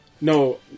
No